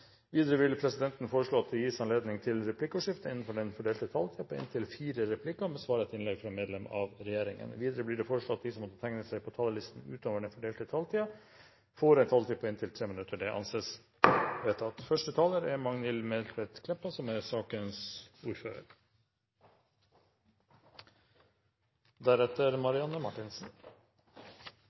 Videre vil presidenten foreslå at det gis anledning til replikkordskifte på inntil fire replikker med svar etter innlegg fra medlem av regjeringen innenfor den fordelte taletid. Videre blir det foreslått at de som måtte tegne seg på talerlisten utover den fordelte taletid, får en taletid på inntil 3 minutter. – Det anses vedtatt.